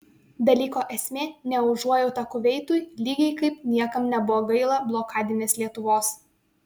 dalyko esmė ne užuojauta kuveitui lygiai kaip niekam nebuvo gaila blokadinės lietuvos